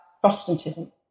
Protestantism